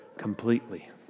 Completely